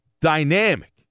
dynamic